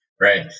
right